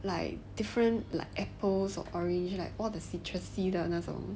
like different like apples or orange like all the citrusy 的那种